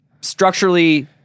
structurally